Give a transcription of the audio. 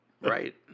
Right